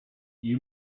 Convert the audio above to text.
you